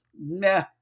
Nah